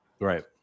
right